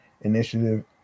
Initiative